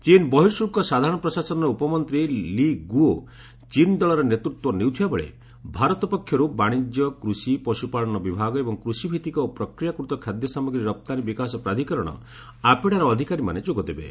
ଚୀନ ବର୍ହିଶୁଳ୍କ ସାଧାରଣ ପ୍ରଶାସନର ଉପମନ୍ତ୍ରୀ ଲି ଗୁଓ ଚୀନ ଦଳର ନେତୃତ୍ୱ ନେଉଥିବାବେଳେ ଭାରତ ପକ୍ଷରୁ ବାଣିଜ୍ୟ କୃଷି ପଶୁପାଳନ ବିଭାଗ ଏବଂ କୃଷିଭିଭିକ ଓ ପ୍ରକ୍ରିୟାକୃତ ଖାଦ୍ୟ ସାମଗ୍ରୀ ରପ୍ତାନୀ ବିକାଶ ପ୍ରାଧିକରଣଆପେଡାର ଅଧିକାରୀମାନେ ଯୋଗଦେବେ